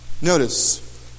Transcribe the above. Notice